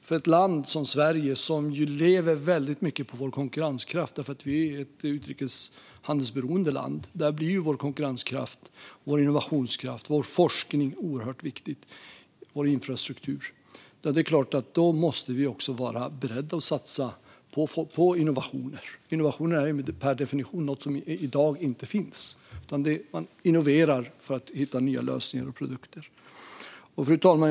För oss i Sverige, ett land som väldigt mycket lever på sin konkurrenskraft eftersom det är ett utrikeshandelsberoende land, är vår innovationskraft, vår forskning och vår infrastruktur oerhört viktiga. Då måste vi också vara beredda att satsa på innovationer. Innovationer är per definition något som inte finns i dag. Man innoverar för att hitta nya lösningar och produkter. Fru talman!